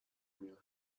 میان